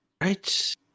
right